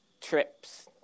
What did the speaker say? trips